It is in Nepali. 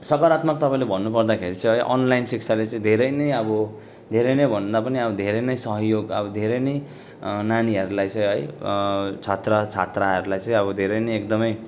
सकरात्मक तपाईँले भन्नु पर्दाखेरि चाहिँ है अनलाइन शिक्षाले चाहिँ धेरै नै अब धेरै नै भन्दा पनि धेरै नै सहयोग अब धेरै नै नानीहरूलाई चाहिँ है छात्र छात्रालाई चाहिँ अब धेरै नै एकदमै